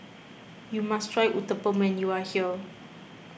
you must try Uthapam when you are here